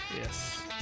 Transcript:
Yes